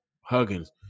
Huggins